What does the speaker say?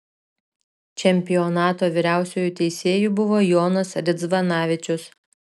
čempionato vyriausiuoju teisėju buvo jonas ridzvanavičius